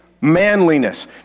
manliness